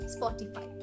Spotify